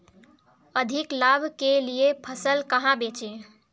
अधिक लाभ के लिए फसल कहाँ बेचें?